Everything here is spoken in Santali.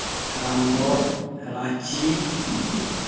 ᱨᱟᱢᱜᱚᱲ ᱨᱟᱺᱪᱤ